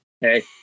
Hey